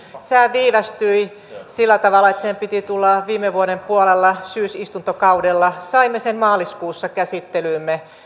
viivästyi sillä tavalla että sen piti tulla viime vuoden puolella syysistuntokaudella saimme sen maaliskuussa käsittelyymme